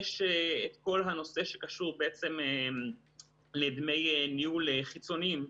יש את כל הנושא שקשור בעצם לדמי ניהול חיצוניים,